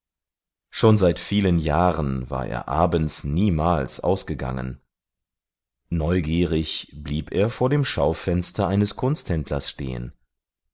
schon seit vielen jahren war er abends niemals ausgegangen neugierig blieb er vor dem schaufenster eines kunsthändlers stehen